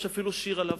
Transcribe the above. יש אפילו שיר עליו,